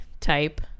type